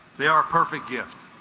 they are a perfect gift